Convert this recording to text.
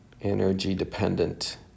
energy-dependent